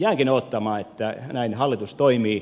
jäänkin odottamaan että näin hallitus toimii